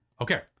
Okay